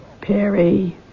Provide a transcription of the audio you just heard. Perry